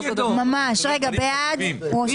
מי בעד קבלת ההסתייגות?